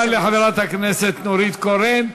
תודה לחברת הכנסת נורית קורן.